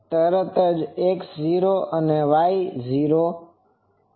તરત જ x 0 અને y શૂન્ય થશે નહીં